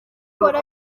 ukora